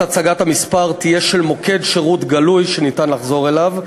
הצגת המספר תהיה של מוקד שירות גלוי שניתן לחזור אליו,